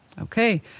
Okay